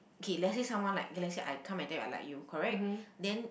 K let's say someone like K let's say I come and tell you I like you correct then